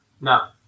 no